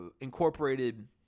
incorporated